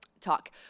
talk